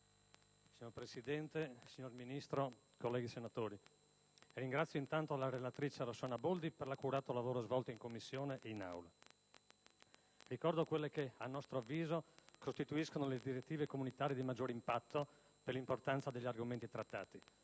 Signor Presidente, signor Ministro, colleghi senatori, ringrazio innanzi tutto la relatrice, senatrice Rossana Boldi, per l'accurato lavoro svolto in Commissione e in Aula. Ricordo inoltre quelle che - a nostro avviso - costituiscono le direttive comunitarie di maggior impatto per l'importanza degli argomenti trattati: